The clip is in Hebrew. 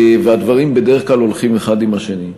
הדברים בדרך כלל הולכים האחד עם השני.